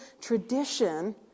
tradition